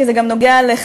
כי זה גם נוגע לך,